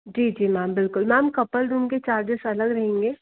जी जी मैम बिल्कुल ma'am couple room के चार्जेस अलग रहेंगे